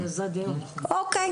אוקיי.